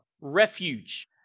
refuge